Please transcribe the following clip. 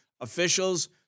officials